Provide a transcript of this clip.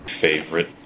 favorite